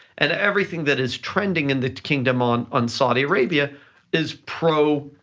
and everything that is trending in the kingdom on on saudi arabia is pro-government,